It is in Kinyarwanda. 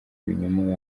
ibinyoma